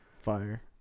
Fire